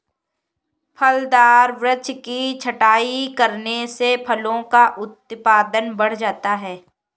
फलदार वृक्ष की छटाई करने से फलों का उत्पादन बढ़ जाता है